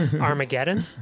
armageddon